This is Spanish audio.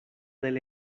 del